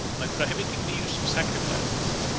by prohibiting the use of sacrifices,